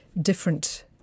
different